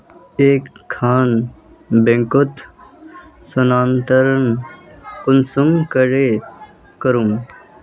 एक खान बैंकोत स्थानंतरण कुंसम करे करूम?